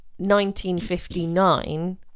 1959